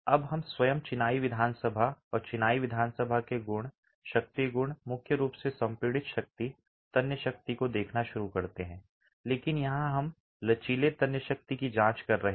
अब हम स्वयं चिनाई विधानसभा और चिनाई विधानसभा के गुण शक्ति गुण मुख्य रूप से संपीड़ित शक्ति तन्य शक्ति को देखना शुरू करते हैं लेकिन यहां हम लचीले तन्य शक्ति की जांच कर रहे हैं